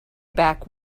back